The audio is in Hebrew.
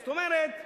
זאת אומרת,